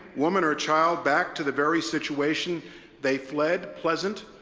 woman or child back to the very situation they fled pleasant?